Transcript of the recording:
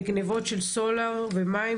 גניבות של סולר ומים,